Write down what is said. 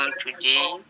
today